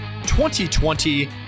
2020